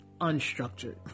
unstructured